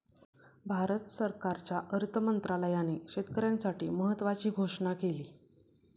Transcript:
भारत सरकारच्या अर्थ मंत्रालयाने शेतकऱ्यांसाठी महत्त्वाची घोषणा केली